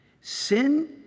Sin